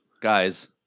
Guys